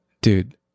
Dude